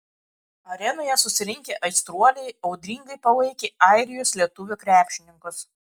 arenoje susirinkę aistruoliai audringai palaikė airijos lietuvių krepšininkus